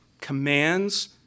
commands